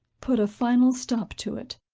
put a final stop to it.